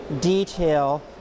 detail